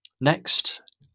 next